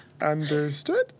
Understood